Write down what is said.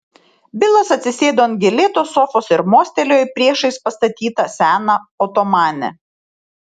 bilas atsisėdo ant gėlėtos sofos ir mostelėjo į priešais pastatytą seną otomanę